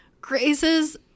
Grace's